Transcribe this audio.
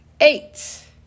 eight